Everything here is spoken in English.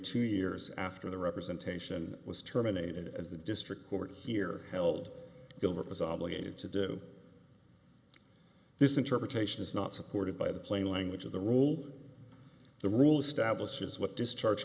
two years after the representation was terminated as the district court here held it was obligated to do this interpretation is not supported by the plain language of the rule the rules established is what discharge